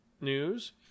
news